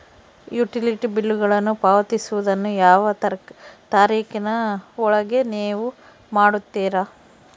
Utility ಬಿಲ್ಲುಗಳನ್ನು ಪಾವತಿಸುವದನ್ನು ಯಾವ ತಾರೇಖಿನ ಒಳಗೆ ನೇವು ಮಾಡುತ್ತೇರಾ?